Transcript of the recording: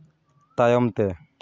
ᱛᱟᱭᱚᱢ ᱛᱮ